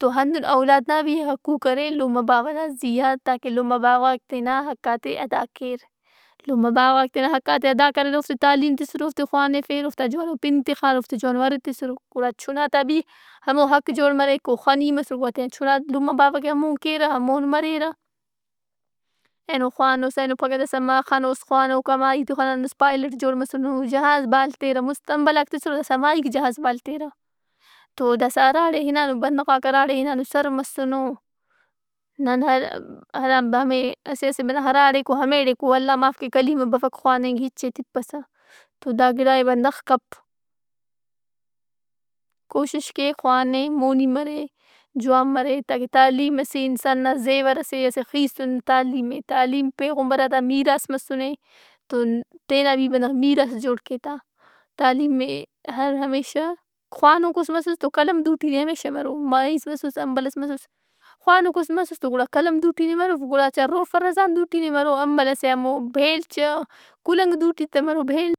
تو ہندن اولاد نا بھی حقوق ارے لمہ باوہ نا زیا تاکہ لمہ باوہ غاک تینا حقات ئے ادا کیر۔ لمہ باوہ غاک تینا حقات ئے ادا کریراوفت ئے تعلیم تِسُّراوفت ئے خوانِفیر، اوفتا جوانو پِن تِخار، اوفتے جوانو ارہِ تِسُّرگڑا چنا تا بھی ہموحق جوڑمریک اوخنی مسر تینا چُنات لمہ باوہ کہ ہمون کیرہ، ہمون مریرہ۔ اینو خوانوس، اینو پھگہ داسا ما- خنوس خوانوکا مائیِت ئے خنانُس پائلٹ جوڑ مسنو۔ جہاز بال تیرہ ۔ مُست امبلاک تِسرہ داسا مائِیک جہازبال تیرہ۔ تو داسا ہراڑے ہنانو بندغاک ہراڑے ہنانوسر مسنو۔ نن ا-ارا- ہمے- اسہ اسہ بندغ ہراڑیک او ہمیڑیک او۔ اللہ معاف کے کلیمہ بفک خواننگ ہِچ ئے تِپّسہ۔ تو دا گڑا ئے بندغ کپ۔ کوشش کے خوانہِ، مونی مرے، جوان مرے تاکہ تعلیم ئس اے انسان نا زیور ئس اے۔ اسہ خیسُن تعلیم اے۔ تعلیم پیغمبرات آ میراث مسنے۔ تو تینا بھی بندغ میراث جوڑ کےتہ تعلیم ئے۔ ہر ہمیشہ خوانوکوس مسُّس تو قلم دوٹی نا ہمیشہ مرو۔ مائِیس مسُّس، امبل ئس مسس۔ خوانوکوس مسس تو قلم دوٹی نا مروف گڑا چا روفہ رزان دوٹی نا مرو۔ امبل ئس ئے ہمو بیلچہ، کلنگ دوٹی تہ مرو۔ بیل۔